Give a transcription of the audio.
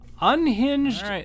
Unhinged